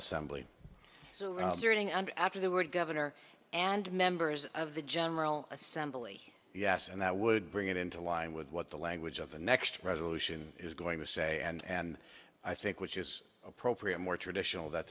assembly so during and after the word governor and members of the general assembly yes and that would bring it into line with what the language of the next resolution is going to say and i think which is appropriate more traditional that